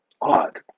odd